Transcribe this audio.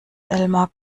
elmar